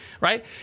right